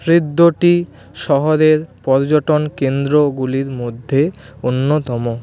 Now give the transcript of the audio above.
হৃদ্যটি শহরের পয্যটন কেন্দ্রগুলির মধ্যে অন্যতম